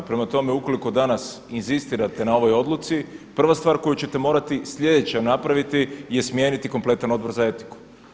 Prema tome, ukoliko danas inzistirate na ovoj odluci prva stvar koju ćete morati sljedeće napraviti je smijeniti kompletan Odbora za etiku.